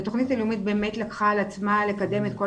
שהתוכנית הלאומית באמת לקחה על עצמה לקדם את כל